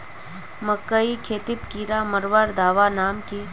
मकई खेतीत कीड़ा मारवार दवा नाम की?